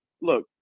look